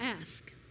ask